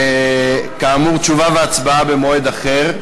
כאמור, תשובה והצבעה במועד אחר.